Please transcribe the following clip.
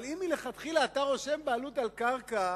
אבל אם מלכתחילה אתה רושם בעלות על קרקע,